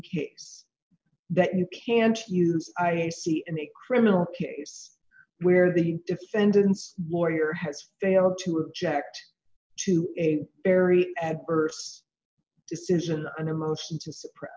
case that you can't use i a c in a criminal case where the defendant's lawyer has failed to object to a very adverse decision and in response to suppress